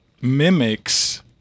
mimics